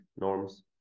norms